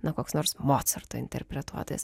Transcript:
na koks nors mocarto interpretuotojas